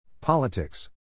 Politics